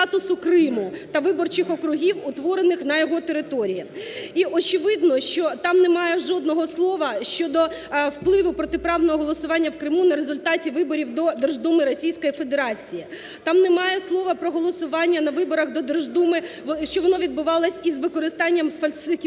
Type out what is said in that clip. І очевидно, що там немає жодного слова щодо впливу протиправного голосування в Криму на результати виборів до Держдуми Російської Федерації. Там немає слова про голосування на виборах до Держдуми, що воно відбувалось з використанням сфальсифікованих